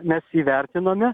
mes įvertiname